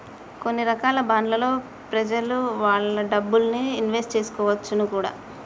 కొన్ని రకాల బాండ్లలో ప్రెజలు వాళ్ళ డబ్బుల్ని ఇన్వెస్ట్ చేసుకోవచ్చును కూడా